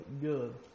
good